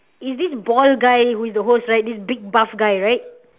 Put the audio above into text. is this bald guy who is the host right this big buff guy right